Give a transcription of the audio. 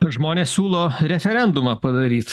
žmonės siūlo referendumą padaryt